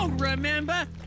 Remember